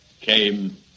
came